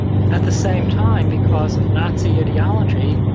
at the same time, because of nazi ideology,